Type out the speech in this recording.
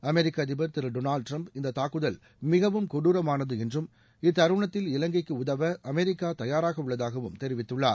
அமெரிக்க அதிபர் திரு Donald Trump இந்த தாக்குதல் மிகவும் கொடுரமானது என்றும் இத்தருணத்தில் இலங்கைக்கு உதவ அமெரிக்க தயாராக உள்ளதாகவும் தெரிவித்துள்ளார்